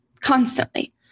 constantly